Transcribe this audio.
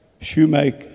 Shoemaker